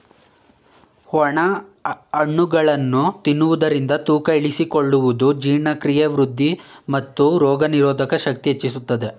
ಒಣ ಹಣ್ಣುಗಳನ್ನು ತಿನ್ನುವುದರಿಂದ ತೂಕ ಇಳಿಸಿಕೊಳ್ಳುವುದು, ಜೀರ್ಣಕ್ರಿಯೆ ವೃದ್ಧಿ, ಮತ್ತು ರೋಗನಿರೋಧಕ ಶಕ್ತಿ ಹೆಚ್ಚಿಸುತ್ತದೆ